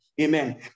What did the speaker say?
Amen